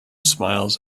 smiles